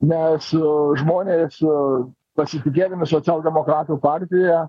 nes žmonės pasitikėdami socialdemokratų partija